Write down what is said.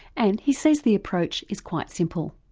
and he says the approach is quite simple.